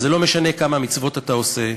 ולא משנה כמה מצוות אתה עושה,